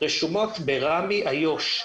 רשומות ברמ"י איו"ש.